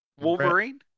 Wolverine